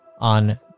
on